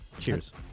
Cheers